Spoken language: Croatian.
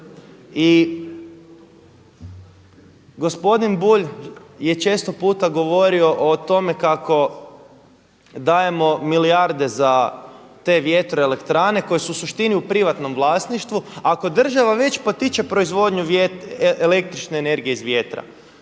I gospodin Bulj je često puta govorio o tome kako dajemo milijarde za te vjetroelektrane koje su u suštini u privatnom vlasništvu. Ako država već potiče proizvodnju električne energije iz vjetra,